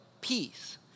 peace